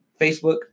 facebook